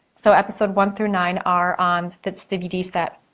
so episode one through nine are on the dvd set.